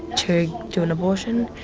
to do an abortion?